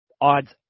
odds